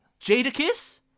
Jadakiss